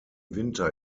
winter